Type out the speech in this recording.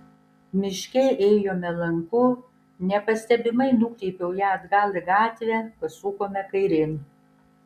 miške ėjome lanku nepastebimai nukreipiau ją atgal į gatvę pasukome kairėn